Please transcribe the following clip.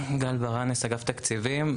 גל ברנס, אגף תקציבים.